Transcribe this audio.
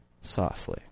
softly